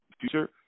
future